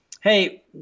hey